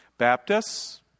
Baptists